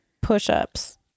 push-ups